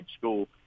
school